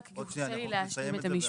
עוד שנייה, היא קודם תסיים את זה ואז.